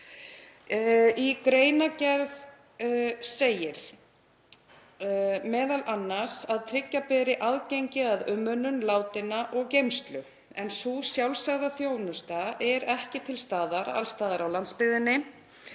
Í greinargerð segir m.a. að tryggja beri aðgengi að umönnun látinna og geymslu en sú sjálfsagða þjónusta er ekki til staðar alls staðar á landsbyggðinni.